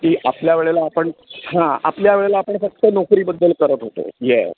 की आपल्या वेळेला आपण हां आपल्या वेळेला आपण फक्त नोकरीबद्दल करत होतो येस